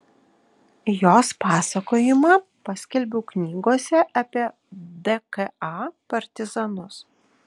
jos pasakojimą paskelbiau knygose apie dka partizanus